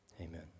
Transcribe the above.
amen